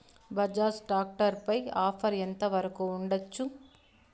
Bajaj tractor పై offer ఎంత వరకు ఉండచ్చు?